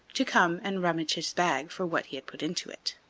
to come and rummage his bag for what he had put into it.